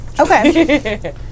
Okay